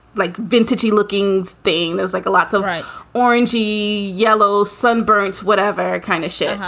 like vintage looking thing. there's like a lots of orangy yellow sunburns, whatever kind of shit.